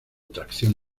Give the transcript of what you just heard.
tracción